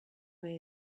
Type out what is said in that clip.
who